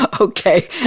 Okay